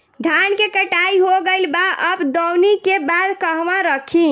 धान के कटाई हो गइल बा अब दवनि के बाद कहवा रखी?